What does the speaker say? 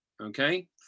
okay